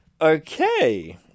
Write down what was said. Okay